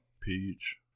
peach